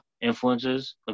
influences